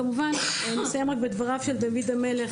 אסיים בדבריו של דוד המלך,